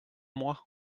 moi